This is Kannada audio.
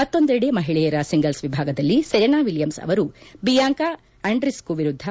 ಮತ್ತೊಂದೆಡೆ ಮಹಿಳೆಯರ ಸಿಂಗಲ್ಸ್ ವಿಭಾಗದಲ್ಲಿ ಸೆರೆನಾ ವಿಲಿಯಮ್ಸ್ ಅವರು ಬಿಯಾಂಕ ಅಂಡ್ರಿಸ್ತು ವಿರುದ್ದ